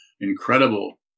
incredible